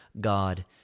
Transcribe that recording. God